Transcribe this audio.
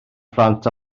phlant